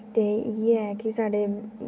ते इ'यै कि साढ़ै